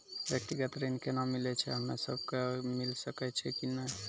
व्यक्तिगत ऋण केना मिलै छै, हम्मे सब कऽ मिल सकै छै कि नै?